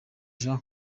jean